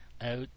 out